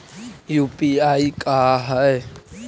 UPI का है?